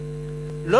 לא,